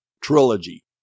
trilogy